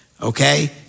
okay